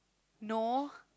no